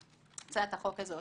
הצעת החוק הזאת